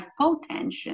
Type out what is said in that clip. hypotension